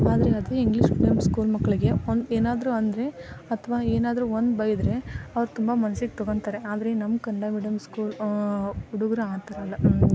ಆದರೆ ಅದೇ English medium school ಮಕ್ಳಿಗೆ ಒಂದು ಏನಾದರೂ ಅಂದರೆ ಅಥವಾ ಏನಾದ್ರೂ ಒಂದು ಬೈದರೆ ಅವ್ರು ತುಂಬ ಮನ್ಸಿಗೆ ತೊಗೊಳ್ತಾರೆ ಆದರೆ ನಮ್ಮ ಕನ್ನಡ ಮೀಡಿಯಮ್ ಸ್ಕೂಲ್ ಹುಡುಗ್ರು ಆ ಥರ ಅಲ್ಲ